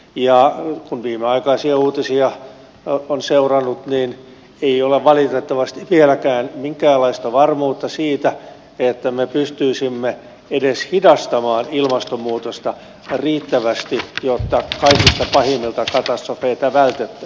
ja kun viimeaikaisia uutisia on seurannut niin ei ole valitettavasti vieläkään minkäänlaista varmuutta siitä että me pystyisimme edes hidastamaan ilmastonmuutosta riittävästi jotta kaikista pahimmilta katastrofeilta vältyttäisiin